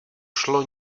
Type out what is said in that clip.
šlo